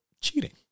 cheating